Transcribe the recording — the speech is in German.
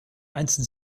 einst